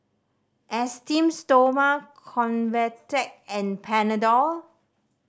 Esteem Stoma Convatec and Panadol